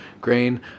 grain